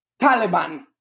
Taliban